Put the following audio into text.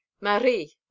Marie